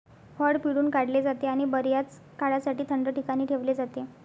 फळ पिळून काढले जाते आणि बर्याच काळासाठी थंड ठिकाणी ठेवले जाते